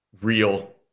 real